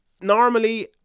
normally